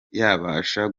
yabasha